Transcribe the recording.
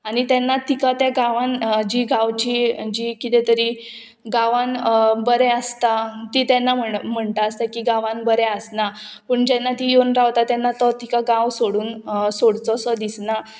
आनी तेन्ना तिका त्या गांवान जी गांवची जी किदें तरी गांवान बरें आसता ती तेन्ना म्हण म्हणटा आसता की गांवान बरें आसना पूण जेन्ना ती येवन रावता तेन्ना तो तिका गांव सोडून सोडचो सो दिसना